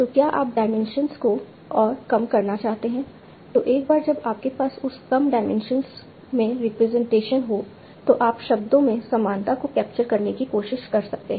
तो क्या आप डायमेंशन को और कम करना चाहते हैं तो एक बार जब आपके पास उस कम डायमेंशन में रिप्रेजेंटेशन हो तो आप शब्दों में समानता को कैप्चर करने की कोशिश कर सकते हैं